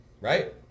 Right